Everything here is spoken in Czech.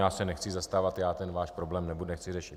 Já se nechci zastávat, já ten váš problém nechci řešit.